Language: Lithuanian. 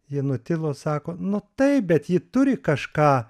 ji nutilo sako nu taip bet ji turi kažką